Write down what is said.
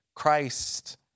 Christ